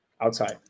outside